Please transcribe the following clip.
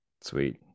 Sweet